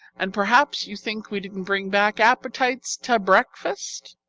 and perhaps you think we didn't bring back appetites to breakfast!